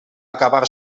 acabar